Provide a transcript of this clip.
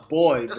boy